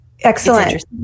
excellent